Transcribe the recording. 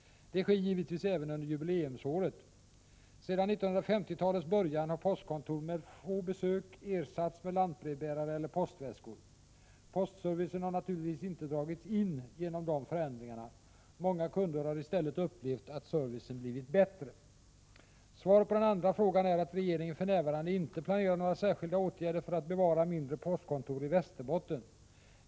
Det sker givetvis även under jubileumsåret. Sedan 1950-talets början har postkontor med få besök ersatts med lantbrevbärare eller postväskor. Postservicen har naturligtvis inte dragits in genom de förändringarna. Många kunder har i stället upplevt att servicen blivit bättre. Svaret på den andra frågan är att regeringen för närvarande inte planerar några särskilda åtgärder för att bevara mindre postkontor i Västerbotten.